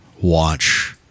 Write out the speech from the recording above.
watch